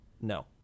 no